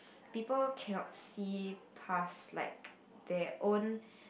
people cannot see past like their own